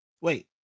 wait